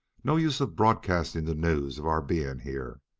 no use of broadcasting the news of our being here.